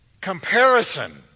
comparison